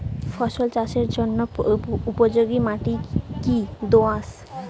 ফসল চাষের জন্য উপযোগি মাটি কী দোআঁশ?